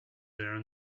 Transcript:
there